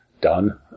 done